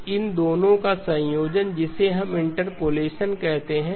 तो इन दोनों का संयोजन जिसे हम इंटरपोलेशन कहते हैं